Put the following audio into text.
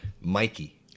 Mikey